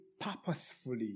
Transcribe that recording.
purposefully